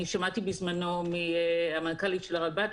אני שמעתי בזמנו מהמנכ"לית של הרלב"ד רחלי,